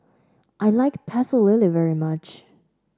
I like Pecel Lele very much